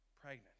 pregnant